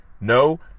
No